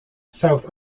south